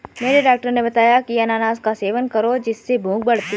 मेरे डॉक्टर ने बताया की अनानास का सेवन करो जिससे भूख बढ़ती है